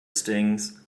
stings